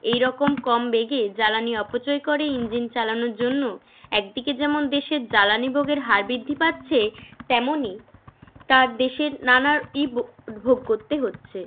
এই রকম কম বেগে জ্বালানি অপচয় করে ইঞ্জিন চালানোর জন্য এক দিকে যেমন দেশের জ্বালানি ভোগের হার বৃদ্ধি পাচ্ছে তেমনই তার দেশের নানা ইবো ভোগ করতে হচ্ছে